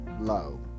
low